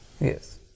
Yes